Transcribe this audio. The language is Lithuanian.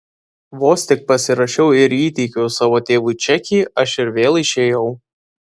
vos tik pasirašiau ir įteikiau savo tėvui čekį aš ir vėl išėjau